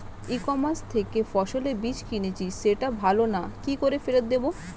ই commerce থেকে ফসলের বীজ কিনেছি সেটা ভালো না কি করে ফেরত দেব?